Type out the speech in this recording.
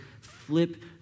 flip